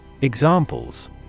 Examples